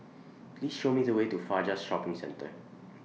Please Show Me The Way to Fajar Shopping Centre